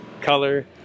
color